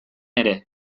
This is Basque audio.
ere